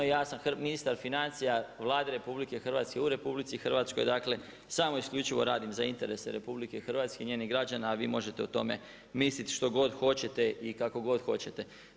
Ja sam ministar financija Vlade RH u RH, dakle samo i isključivo radim za interese RH i njenih građana a vi možete o tome misliti što god hoćete i kako god hoćete.